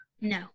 No